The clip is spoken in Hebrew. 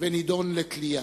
ונידון לתלייה.